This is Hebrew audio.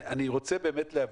אני רוצה להבין,